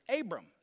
Abram